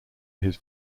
his